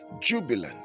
jubilant